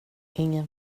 ingen